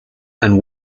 and